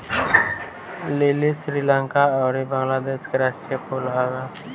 लीली श्रीलंका अउरी बंगलादेश के राष्ट्रीय फूल हवे